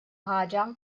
ħaġa